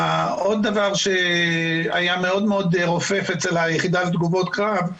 עוד דבר שהיה מאוד מאוד רופף ביחידה לתגובות קרב,